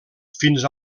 fins